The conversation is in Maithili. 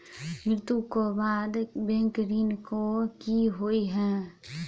मृत्यु कऽ बाद बैंक ऋण कऽ की होइ है?